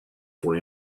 for